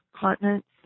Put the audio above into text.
continents